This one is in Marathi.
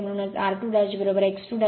म्हणूनच r2x 2 0